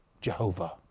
Jehovah